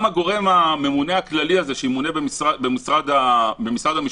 גם הממונה הכללי הזה שימונה במשרד המשפטים,